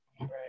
Right